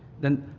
then